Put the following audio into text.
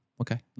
okay